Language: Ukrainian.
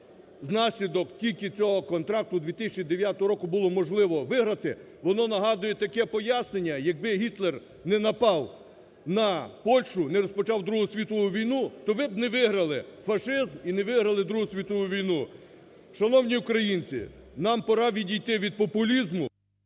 внаслідок тільки цього контракту 2009 року було можливо виграти, воно нагадує таке пояснення, якби Гітлер не напав на Польщу, не розпочав Другу світову війну, то ви б не виграли фашизм і не виграли Другу світову війну. Шановні українці, нам пора відійти від популізму…